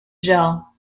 jell